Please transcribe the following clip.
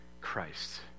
Christ